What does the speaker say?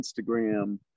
instagram